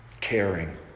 caring